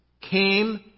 came